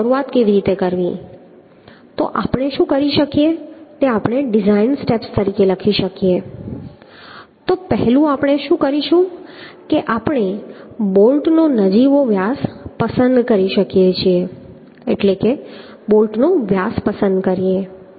તો શરૂઆત કેવી રીતે કરવી તો આપણે શું કરી શકીએ તે આપણે ડિઝાઇન સ્ટેપ્સ તરીકે લખી શકીએ તો પહેલું આપણે શું કરીશું કે આપણે બોલ્ટનો નજીવો વ્યાસ પસંદ કરી શકીએ એટલે કે બોલ્ટનો વ્યાસ પસંદ કરીએ